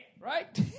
Right